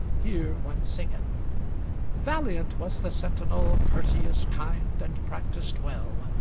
here one singeth valiant was the sentinel, courteous, kind, and practised well,